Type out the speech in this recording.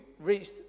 reached